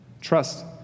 Trust